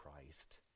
Christ